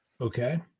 Okay